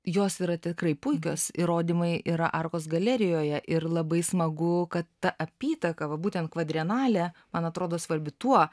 jos yra tikrai puikios įrodymai yra arkos galerijoje ir labai smagu kad ta apytaka būtent kvadrenale man atrodo svarbi tuo